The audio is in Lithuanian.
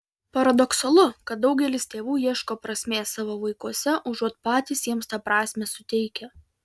paradoksalu kad daugelis tėvų ieško prasmės savo vaikuose užuot patys jiems tą prasmę suteikę